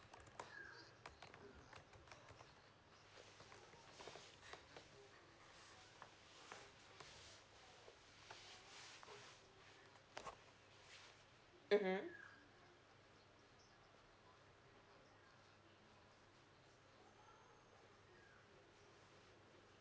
mmhmm